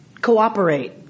cooperate